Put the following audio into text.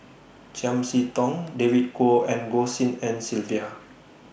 Chiam See Tong David Kwo and Goh Tshin En Sylvia